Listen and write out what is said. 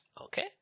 Okay